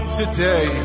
today